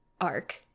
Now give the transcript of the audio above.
arc